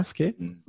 Okay